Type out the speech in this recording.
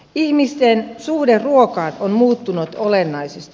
ihmisten suhde ruokaan on muuttunut olennaisesti